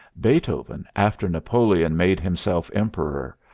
beethoven, after napoleon made himself emperor,